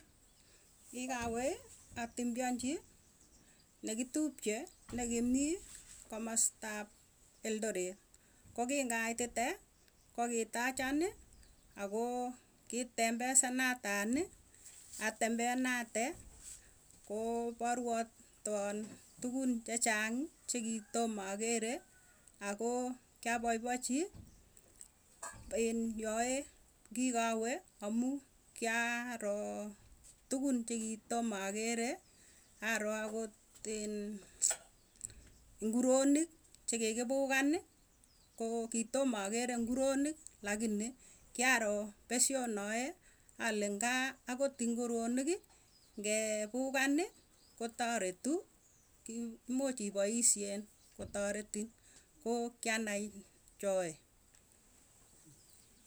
Yekawe atembeanchi, nekitupche nekimii komastap eldoret kokingaitite, kokitachani akoo kitembesanatani. Atembeanate kooporwaton tugun chechang chikitom akere akoo, kiapaipochi iin yoe kigawe amuu kiaro tukun chikotomakere, aroo akot iin, inguronik chekikipugani ko kitomakere nguronik lakini kiaroo pesyonoe. Ale ngaa akot inguroniki, ngepukani kotaretu, kimuuch ipoisyen kotaretin. Koo kianai choe.